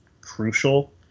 crucial